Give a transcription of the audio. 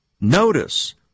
Notice